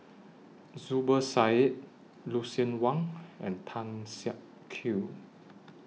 Zubir Said Lucien Wang and Tan Siak Kew